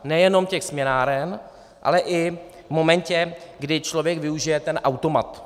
Nejenom těch směnáren, ale i v momentě, kdy člověk využije automat.